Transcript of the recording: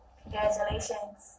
congratulations